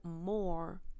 more